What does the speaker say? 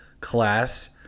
class